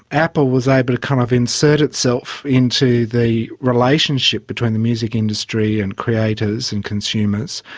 apple was able to kind of insert itself into the relationship between the music industry and creators and consumers,